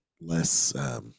less